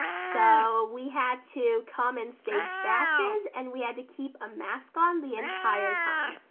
so we had to come in staged batches and we had to keep a mask on the entire time.